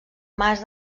mas